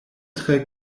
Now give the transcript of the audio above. tre